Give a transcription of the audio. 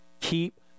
Keep